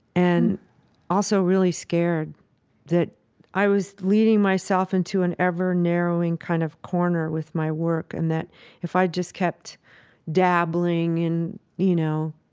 and also really scared that i was leading myself into an ever-narrowing kind of corner with my work and that if i just kept dabbling in, you know,